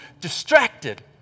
distracted